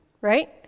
right